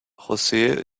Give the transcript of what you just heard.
roseau